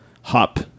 hop